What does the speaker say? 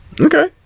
okay